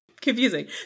confusing